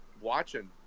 watching